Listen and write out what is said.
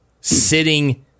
sitting